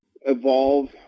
evolve